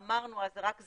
ואמרנו אז: זה רק זמני,